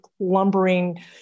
lumbering